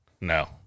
No